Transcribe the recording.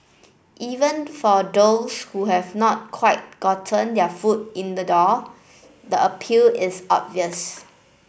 even for those who have not quite gotten their foot in the door the appeal is obvious